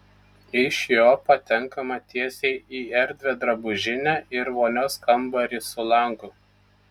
iš jo patenkama tiesiai į erdvią drabužinę ir vonios kambarį su langu